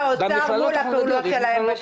שבשנה שעברה את ההעברות ליישובים הערבים,